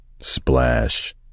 splash